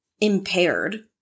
impaired